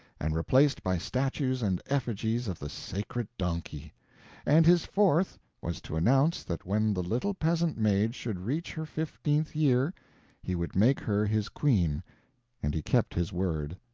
and replaced by statues and effigies of the sacred donkey and, his fourth was to announce that when the little peasant maid should reach her fifteenth year he would make her his queen and he kept his word.